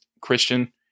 Christian